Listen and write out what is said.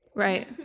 right.